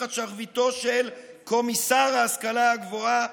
תחת שרביטו של קומיסר ההשכלה הגבוהה,